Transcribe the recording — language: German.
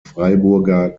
freiburger